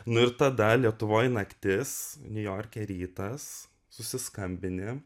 nu ir tada lietuvoj naktis niujorke rytas susiskambini